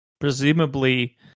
Presumably